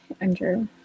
Andrew